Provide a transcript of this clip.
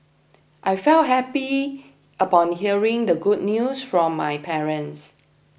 I felt happy upon hearing the good news from my parents